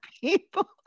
people